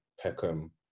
Peckham